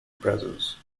presence